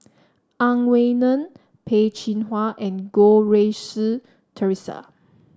Ang Wei Neng Peh Chin Hua and Goh Rui Si Theresa